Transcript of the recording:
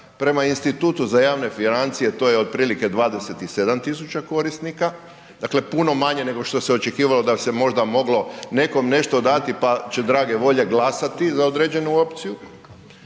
Prema Institutu za javne financije, to je otprilike 27 000 korisnika, dakle puno manje nego što se očekivalo da se možda moglo nekom nešto dati pa će drage volje glasati za određenu opciju.